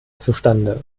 zustande